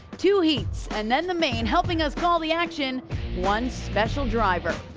two heats and then the main helping us call the action one special driver,